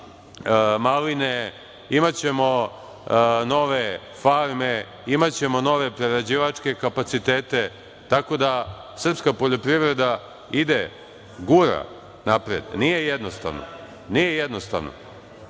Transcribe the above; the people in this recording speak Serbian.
maline. Imaćemo nove farme, imaćemo nove prerađivačke kapacitete. Srpska poljoprivreda ide, gura napred. Nije jednostavno.